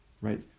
right